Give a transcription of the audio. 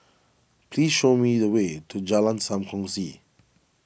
please show me the way to Jalan Sam Kongsi